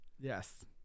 Yes